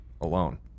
alone